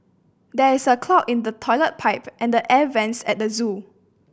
there is a clog in the toilet pipe and the air vents at the zoo